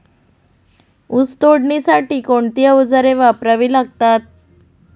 ऊस तोडणीसाठी कोणती अवजारे वापरावी लागतात?